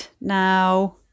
now